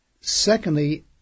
Secondly